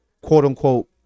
quote-unquote